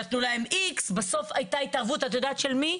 נתנו להם X, בסוף הייתה התערבות, את יודעת של מי?